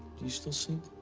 you still sing?